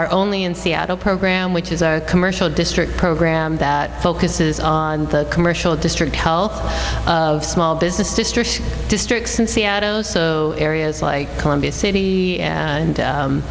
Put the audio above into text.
our only in seattle program which is our commercial district program that focuses on the commercial district health of small business district districts in seattle so areas like columbia city and